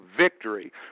victory